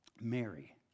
Mary